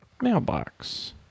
mailbox